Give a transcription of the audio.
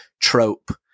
trope